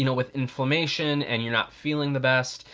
you know with inflammation and you're not feeling the best,